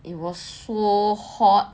it was so hot